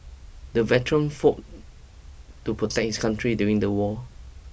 the veteran fought to protect his country during the war